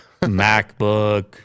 MacBook